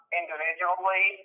individually